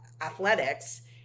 athletics